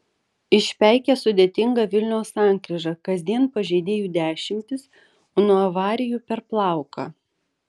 išpeikė sudėtingą vilniaus sankryžą kasdien pažeidėjų dešimtys o nuo avarijų per plauką